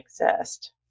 exist